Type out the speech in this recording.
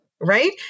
Right